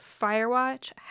Firewatch